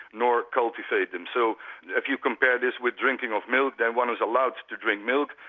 nor cultivate them. so if you compare this with drinking of milk, then one is allowed to drink milk,